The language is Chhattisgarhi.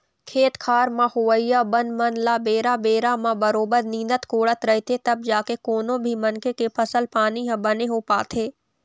खेत खार म होवइया बन मन ल बेरा बेरा म बरोबर निंदत कोड़त रहिथे तब जाके कोनो भी मनखे के फसल पानी ह बने हो पाथे